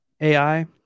AI